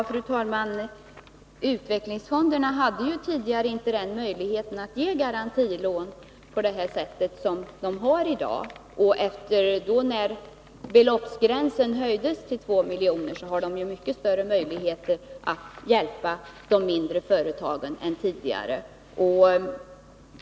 Fru talman! Utvecklingsfonderna hade tidigare inte möjlighet att ge garantilån på det sätt som de i dag har. Efter det att beloppsgränsen höjdes till 2 milj.kr. har de mycket större förutsättningar för att hjälpa just de mindre företagen.